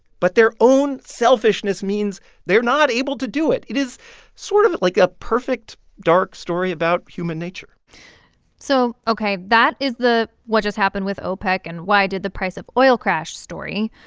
but their own selfishness means they're not able to do it. it is sort of like a perfect dark story about human nature so ok, that is the what just happened with opec and why did the price of oil crash story,